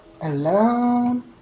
Alone